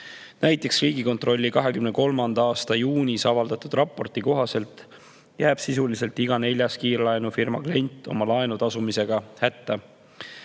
Näiteks Riigikontrolli 2023. aasta juunis avaldatud raporti kohaselt jääb sisuliselt iga neljas kiirlaenufirma klient oma laenu tasumisega hätta.